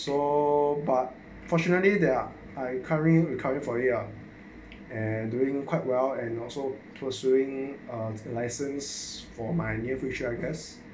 so but fortunately there I career recording for you and doing quite well and also pursuing a license for my near future I guess